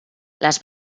les